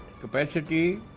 capacity